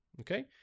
Okay